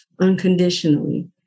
unconditionally